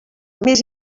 més